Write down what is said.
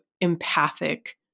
empathic